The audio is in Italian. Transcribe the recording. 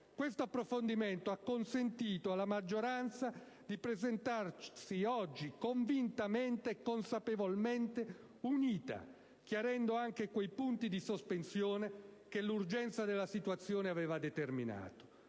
Questo approfondimento ha consentito alla maggioranza di presentarsi oggi convintamente e consapevolmente unita, chiarendo anche quei punti di sospensione che l'urgenza della situazione aveva determinato.